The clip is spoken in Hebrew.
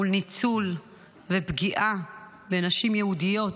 מול ניצול ופגיעה בנשים יהודיות,